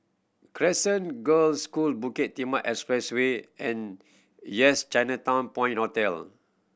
Crescent Girls' School Bukit Timah Expressway and Yes Chinatown Point Hotel